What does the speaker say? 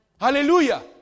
Hallelujah